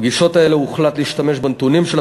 בפגישות האלה הוחלט להשתמש בנתונים של